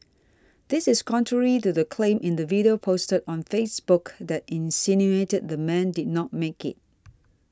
this is contrary to the claim in the video posted on Facebook that insinuated the man did not make it